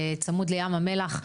צמוד לים המלח.